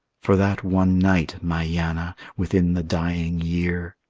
for that one night, my yanna, within the dying year,